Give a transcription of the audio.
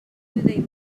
they